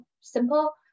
simple